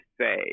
say